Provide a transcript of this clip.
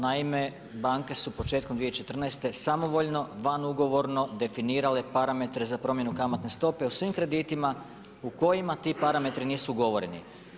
Naime, banke su početkom 2014. samovoljno, van ugovorno definirale parametre za promjenu kamatne stope o svim kreditima u kojima ti parametri nisu ugovoreni.